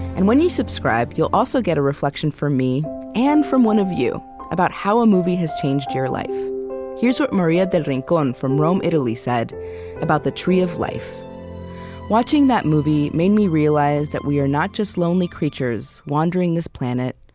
and when you subscribe you'll also get a reflection from me and from one of you about how a movie has changed your life here's what maria del rincon from rome, italy said about the tree of life watching that movie made me realize that we are not just lonely creatures wandering this planet,